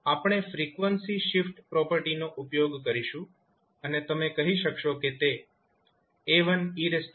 આપણે frequency shift પ્રોપર્ટીનો ઉપયોગ કરીશું અને તમે કહી શકશો કે તે 𝐴1𝑒−𝛼𝑡 cos βt છે